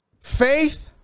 Faith